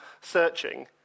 searching